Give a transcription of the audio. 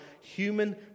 human